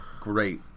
great